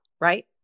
right